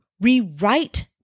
rewrite